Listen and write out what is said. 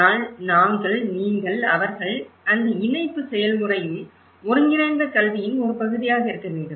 ஆனால் நாங்கள் நீங்கள் அவர்கள் அந்த இணைப்பு செயல்முறையும் ஒருங்கிணைந்த கல்வியின் ஒரு பகுதியாக இருக்க வேண்டும்